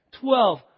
Twelve